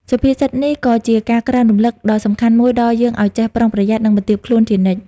សុភាសិតនេះក៏ជាការក្រើនរំលឹកដ៏សំខាន់មួយដល់យើងឱ្យចេះ ប្រុងប្រយ័ត្ន និង បន្ទាបខ្លួនជានិច្ច។